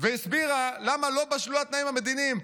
והסבירה למה לא בשלו התנאים המדיניים.